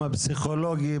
בתחום הפסיכולוגי,